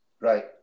Right